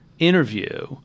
interview